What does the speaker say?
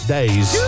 Days